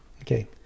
Okay